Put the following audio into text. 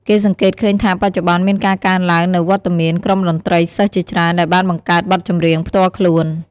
គេសង្កេតឃើញថាបច្ចុប្បន្នមានការកើនឡើងនូវវត្តមានក្រុមតន្ត្រីសិស្សជាច្រើនដែលបានបង្កើតបទចម្រៀងផ្ទាល់ខ្លួន។